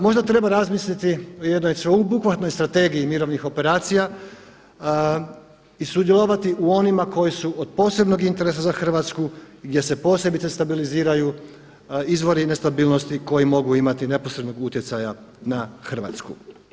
Možda treba razmisliti o jednoj sveobuhvatnoj strategije mirovnih operacija i sudjelovati u onima koji su od posebnog interesa za Hrvatsku gdje se posebice stabiliziraju izvori nestabilnosti koji mogu imati neposrednog utjecaja na Hrvatsku.